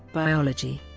biology